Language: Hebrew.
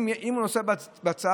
אם הוא בצד,